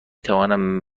توانم